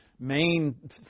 Main